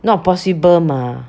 not possible mah